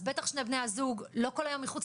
אז בטח שני בני הזוג לא כל היום מחוץ